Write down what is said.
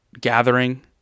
gathering